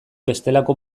bestelako